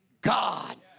God